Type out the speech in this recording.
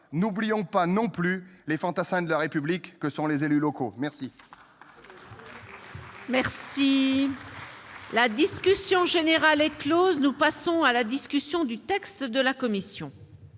N'oublions pas non plus les fantassins de la République que sont les élus locaux. Ce